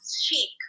chic